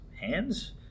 hands